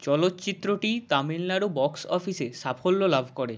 চলচ্চিত্রটি তামিলনাড়ু বক্স অফিসে সাফল্য লাভ করে